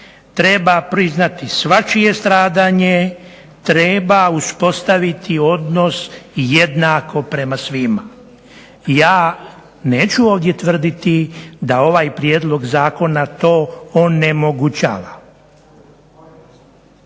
treba priznati svačije stradanje, treba uspostaviti odnos jednako prema svima. Ja neću ovdje tvrditi da ovaj prijedlog zakona to onemogućava,